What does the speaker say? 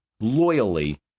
loyally